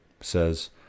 says